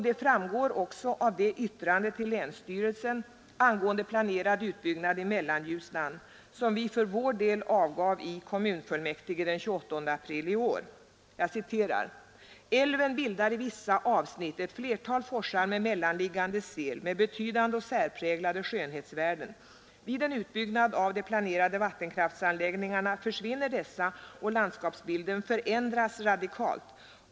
Det framgår också av det yttrande till länsstyrelsen angående planerad utbyggnad i Mellanljusnan, som vi för vår del avgav i kommunfullmäktige den 28 april i år: ”Älven bildar i vissa avsnitt ett flertal forsar med mellanliggande sel med betydande och särpräglade skönhetsvärden. Vid en utbyggnad av de planerade vattenkraftsanläggningarna försvinner dessa och landskapsbilden förändras radikalt.